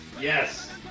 yes